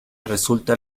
resulta